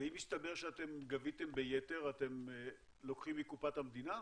ואם יסתבר שגביתם ביתר אתם לוקחים מקופת המדינה?